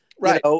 Right